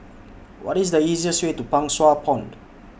What IS The easiest Way to Pang Sua Pond